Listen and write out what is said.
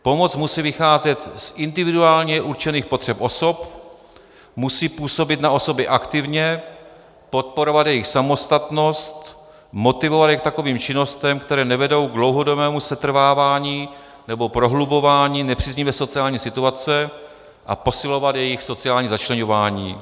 Pomoc musí vycházet z individuálně určených potřeb osob, musí působit na osoby aktivně, podporovat jejich samostatnost, motivovat je k takovým činnostem, které nevedou k dlouhodobému setrvávání nebo prohlubování nepříznivé sociální situace, a posilovat jejich sociální začleňování.